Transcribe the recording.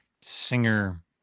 singer